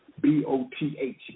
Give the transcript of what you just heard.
B-O-T-H